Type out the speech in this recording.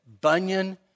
Bunyan